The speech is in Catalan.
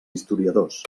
historiadors